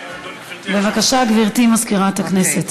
בבקשה, גברתי מזכירת הכנסת.